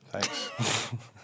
Thanks